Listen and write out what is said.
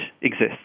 exists